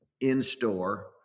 in-store